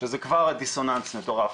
שזה כבר דיסוננס מטורף,